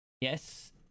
yes